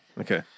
okay